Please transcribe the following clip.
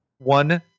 One